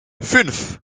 fünf